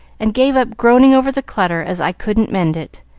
and gave up groaning over the clutter, as i couldn't mend it.